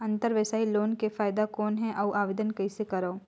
अंतरव्यवसायी लोन के फाइदा कौन हे? अउ आवेदन कइसे करव?